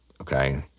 okay